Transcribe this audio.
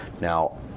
now